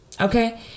okay